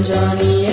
Johnny